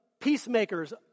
peacemakers